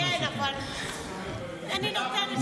כן, אבל אני נותנת לו.